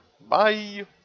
Bye